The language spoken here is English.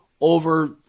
over